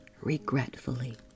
regretfully